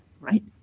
right